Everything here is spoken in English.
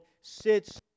sits